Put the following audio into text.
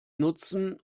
nutzen